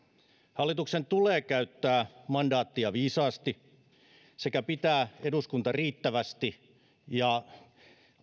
hallituksen tulee käyttää mandaattia viisaasti sekä pitää eduskunta riittävästi ja